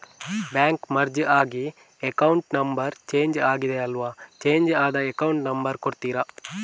Bank merge ಆಗಿ account number change ಆಗಿದೆ ಅಲ್ವಾ, ಚೇಂಜ್ ಆದ ಅಕೌಂಟ್ ನಂಬರ್ ಕೊಡ್ತೀರಾ?